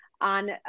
on